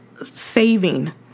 saving